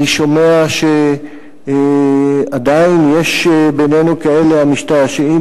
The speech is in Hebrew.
אני שומע שעדיין יש בינינו כאלה המשתעשעים